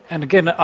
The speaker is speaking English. and again,